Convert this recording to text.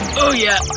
oh yeah,